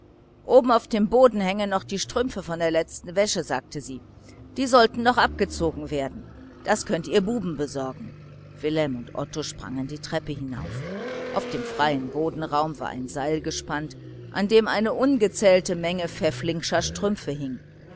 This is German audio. oben auf dem boden hängen noch die strümpfe von der letzten wäsche sagte sie die sollten noch abgezogen werden das könnt ihr buben besorgen wilhelm und otto sprangen die treppe hinauf auf dem freien bodenraum war ein seil gespannt an dem eine ungezählte menge pfäffling'scher strümpfe hing